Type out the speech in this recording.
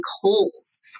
holes